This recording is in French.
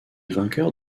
vainqueurs